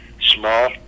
small